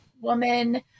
woman